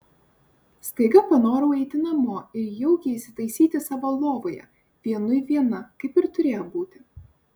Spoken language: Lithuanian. staiga panorau eiti namo ir jaukiai įsitaisyti savo lovoje vienui viena kaip ir turėjo būti